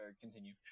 continue